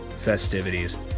festivities